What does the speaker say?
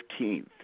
15th